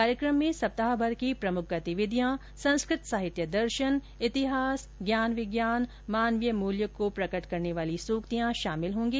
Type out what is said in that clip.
कार्येकम में साप्ताहभर की प्रमुख गतिविधियां संस्कृत साहित्य दर्शन इतिहास ज्ञान विज्ञान मानवीय मूल्य को प्रकट करने वाली सूक्तियां शामिल होंगे